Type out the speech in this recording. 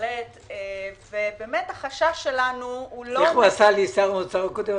שר האוצר לא